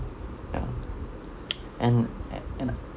ya and and uh